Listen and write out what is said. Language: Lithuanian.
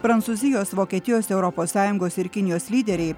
prancūzijos vokietijos europos sąjungos ir kinijos lyderiai